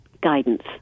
Guidance